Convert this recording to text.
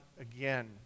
again